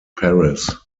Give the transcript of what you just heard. paris